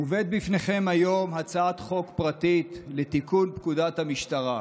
מובאת בפניכם היום הצעת חוק פרטית לתיקון פקודת המשטרה.